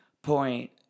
Point